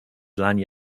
dlań